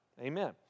Amen